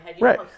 right